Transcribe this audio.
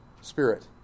spirit